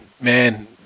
man